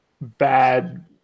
bad